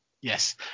yes